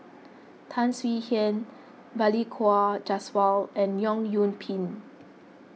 Tan Swie Hian Balli Kaur Jaswal and Leong Yoon Pin